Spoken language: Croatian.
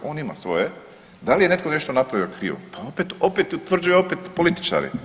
On ima svoje, da li je netko nešto napravio krivo, pa opet utvrđuje opet političari.